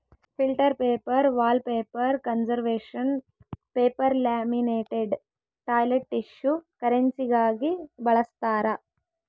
filter paper wallpaper conservation paper laminated toilet tissue ಕರೆನ್ಸಿಗಾಗಿ ಬಳಸ್ತಾರ